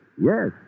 yes